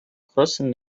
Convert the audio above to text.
crossing